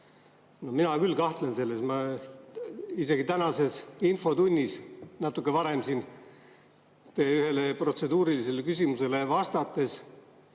Mina küll kahtlen selles. Isegi tänases infotunnis natuke varem siin ühele protseduurilisele küsimusele vastates